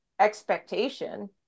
expectation